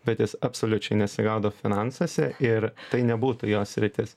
bet jis absoliučiai nesigaudo finansuose ir tai nebūtų jos sritis